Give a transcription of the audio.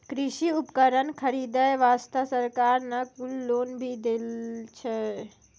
कृषि उपकरण खरीदै वास्तॅ सरकार न कुल लोन भी दै छै